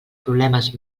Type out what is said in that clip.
problemes